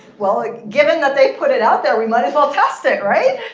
well, like given that they put it out there, we might as well test it, right?